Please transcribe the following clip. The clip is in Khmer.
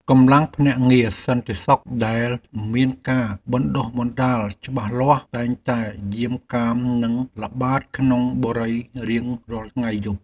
កម្លាំងភ្នាក់ងារសន្តិសុខដែលមានការបណ្តុះបណ្តាលច្បាស់លាស់តែងតែយាមកាមនិងល្បាតក្នុងបុរីរៀងរាល់ថ្ងៃយប់។